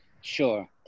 Sure